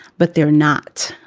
but they're not.